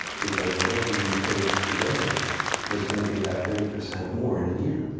because whatever you paid today was going to be about thirty percent more in a year